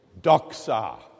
doxa